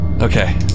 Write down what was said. Okay